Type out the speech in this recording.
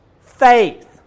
faith